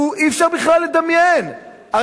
אי-אפשר בכלל לדמיין אותו.